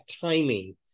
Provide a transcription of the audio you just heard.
timing